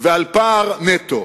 ועל פער נטו.